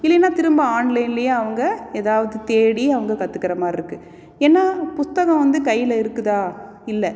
இல்லைன்னா திரும்ப ஆன்லைன்லேயே அவங்க எதாவது தேடி அவங்க கற்றுக்கற மாதிரி இருக்குது என்ன புஸ்தகம் வந்து கையில் இருக்குதா இல்லை